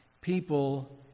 people